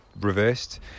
reversed